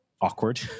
awkward